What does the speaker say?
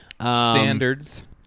Standards